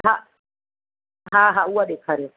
हा हा हा उहा ॾेखारियो